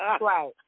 Right